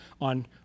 on